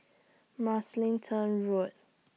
Mugliston Road